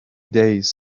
days